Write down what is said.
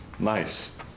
Nice